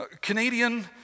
Canadian